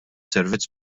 servizz